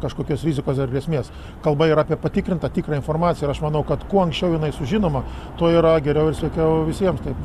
kažkokios rizikos ar grėsmės kalba yra apie patikrintą tikrą informaciją ir aš manau kad kuo anksčiau jinai sužinoma tuo yra geriau ir sveikiau visiems taip